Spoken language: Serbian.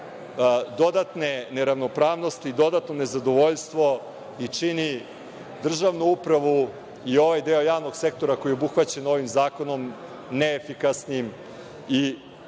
dodatne neravnopravnosti, dodatno nezadovoljstvo i čini državnu upravu i ovaj deo javnog sektora koji je obuhvaćen ovim zakonom neefikasnim i ne ispunjava